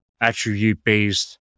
attribute-based